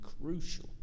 crucial